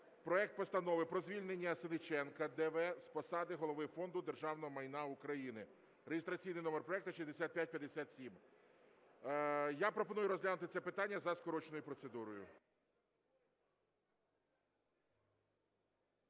проект Постанови про звільнення Сенниченка Д.В. з посади Голови Фонду державного майна України (реєстраційний номер проекту 6557). Я пропоную розглянути це питання за скороченою процедурою.